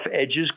edges